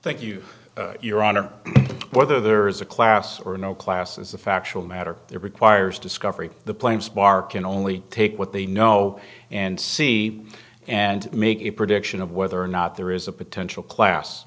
thank you your honor whether there is a class or no class is the factual matter there requires discovery the planes mark can only take what they know and see and make a prediction of whether or not there is a potential class